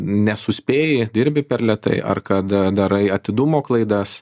nesuspėji dirbi per lėtai ar kad darai atidumo klaidas